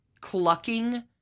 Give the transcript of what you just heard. clucking